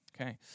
Okay